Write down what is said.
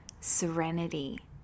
serenity